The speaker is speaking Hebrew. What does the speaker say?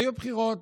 והיו בחירות.